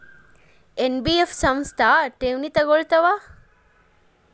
NBF ಸಂಸ್ಥಾ ಠೇವಣಿ ತಗೋಳ್ತಾವಾ?